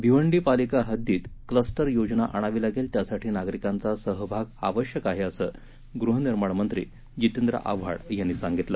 भिवंडी पालिका हद्दीत क्लस्टर योजना आणावी लागेल त्यासाठी नागरिकांचा सहभाग आवश्यक आहे असं गृहनिर्माण मंत्री जितेंद्र आव्हाड यांनी सांगितलं